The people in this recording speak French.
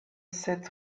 sept